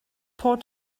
port